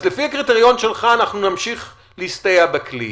אז לפי הקריטריון שלך אנחנו נמשיך להסתייע בכלי.